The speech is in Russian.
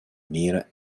мира